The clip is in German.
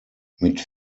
mit